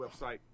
website